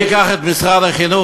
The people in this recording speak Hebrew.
אני אקח את משרד החינוך,